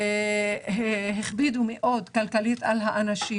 הכבידו מאוד על האנשים.